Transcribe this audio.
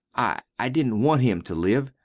i i didn't want him to live.